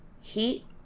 heat